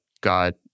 God